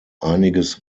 einiges